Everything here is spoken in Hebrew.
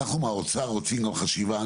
אנחנו מהאוצר רוצים גם חשיבה.